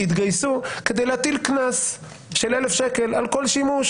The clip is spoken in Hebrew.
התגייסו כדי להטיל קנס של 1,000 שקל על כל שימוש